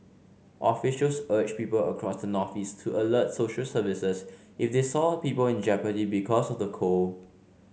officials urged people across the northeast to alert social services if they saw people in jeopardy because of the cold